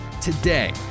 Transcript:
today